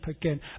again